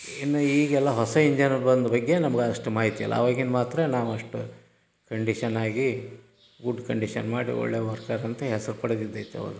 ಇನ್ನು ಈಗೆಲ್ಲ ಹೊಸ ಇಂಜನು ಬಂದ ಬಗ್ಗೆ ನಮ್ಗೆ ಅಷ್ಟು ಮಾಹಿತಿ ಇಲ್ಲ ಅವಾಗಿಂದ್ ಮಾತ್ರ ನಾವು ಅಷ್ಟು ಕಂಡೀಷನಾಗಿ ಗುಡ್ ಕಂಡೀಷನ್ ಮಾಡಿ ಒಳ್ಳೆಯ ವರ್ಕರ್ ಅಂತ ಹೆಸ್ರು ಪಡೆದಿದ್ದು ಐತೆ ಅವಾಗ